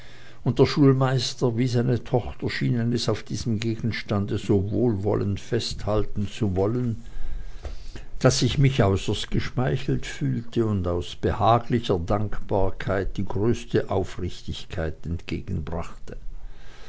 und der schulmeister wie seine tochter schienen es auf diesem gegenstande so wohlwollend festhalten zu wollen daß ich mich äußerst geschmeichelt fühlte und aus behaglicher dankbarkeit die größte aufrichtigkeit entgegenbrachte